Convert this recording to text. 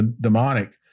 demonic